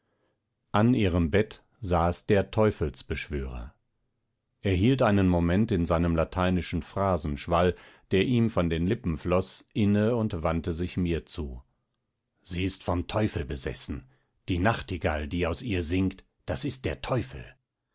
an ihrem bett saß der teufelsbeschwörer er hielt einen moment in seinem lateinischen phrasenschwall der ihm von den lippen floß inne und wandte sich mir zu sie ist vom teufel besessen die nachtigall die aus ihr singt das ist der teufel